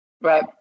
Right